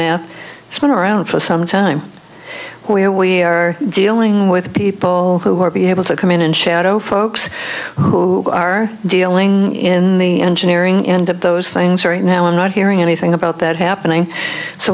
math has been around for some time where we are dealing with people who were be able to come in and shadow folks who are dealing in the engineering end of those things are right now i'm not hearing anything about that happening